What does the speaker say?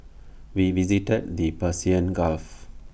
we visited the Persian gulf